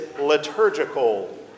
liturgical